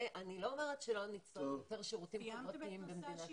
אני לא אומרת שלא נצטרך יותר שירותים חברתיים במדינת ישראל.